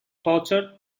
tortured